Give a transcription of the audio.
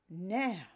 now